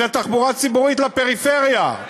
זו תחבורה ציבורית לפריפריה.